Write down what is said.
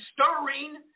stirring